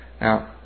Now